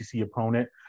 opponent